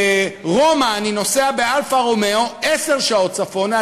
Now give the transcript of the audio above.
ברומא אני נוסע ב"אלפא רומיאו" עשר שעות צפונה,